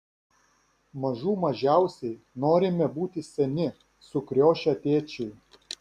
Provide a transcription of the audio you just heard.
mažų mažiausiai norime būti seni sukriošę tėčiai